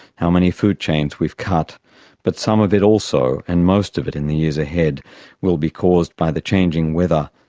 how many food chains we've cut but some of it also and most of it in the years ahead will be caused by the changing weather,